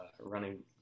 running